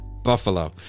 Buffalo